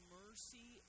mercy